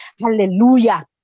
Hallelujah